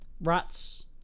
Rats